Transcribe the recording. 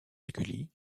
scully